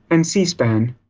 and c-span.